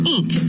Inc